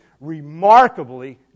remarkably